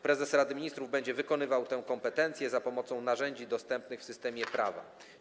Prezes Rady Ministrów będzie wykonywał tę kompetencję za pomocą narzędzi dostępnych w systemie prawa.